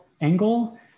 Angle